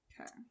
Okay